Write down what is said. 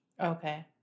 Okay